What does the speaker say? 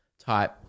type